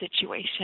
situation